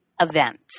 event